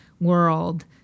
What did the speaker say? world